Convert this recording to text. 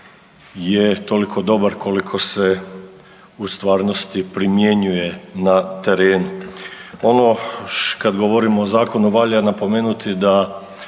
Hvala vam